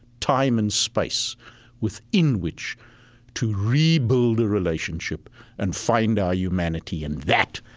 time and space within which to rebuild a relationship and find our humanity. and that,